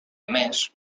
més